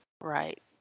Right